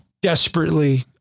desperately